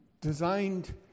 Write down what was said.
designed